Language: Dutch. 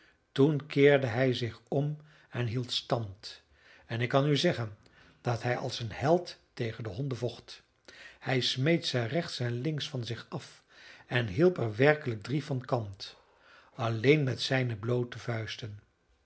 toen keerde hij zich om en hield stand en ik kan u zeggen dat hij als een held tegen de honden vocht hij smeet ze rechts en links van zich af en hielp er werkelijk drie van kant alleen met zijne bloote vuisten